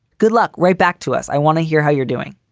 good luck. right back to us. i want to hear how you're doing